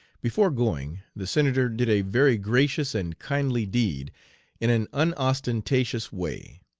before going the senator did a very gracious and kindly deed in an unostentatious way.